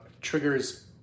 triggers